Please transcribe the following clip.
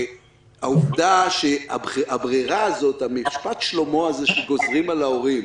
הברירה הזאת, משפט שלמה הזה שגוזרים על ההורים: